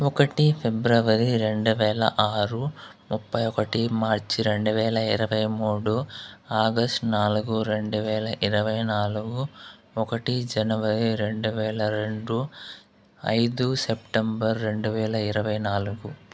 ఒకటి ఫిబ్రవరి రెండు వేల ఆరు ముప్పై ఒకటి మార్చ్ రెండు వేల ఇరవై మూడు ఆగస్ట్ నాలుగు రెండు వేల ఇరవై నాలుగు ఒకటి జనవరి రెండు వేల రెండు ఐదు సెప్టెంబర్ రెండు వేల ఇరవై నాలుగు